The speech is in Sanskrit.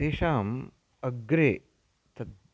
तेषाम् अग्रे तद्